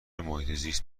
محیطزیست